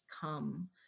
come